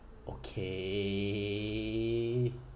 okay